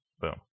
boom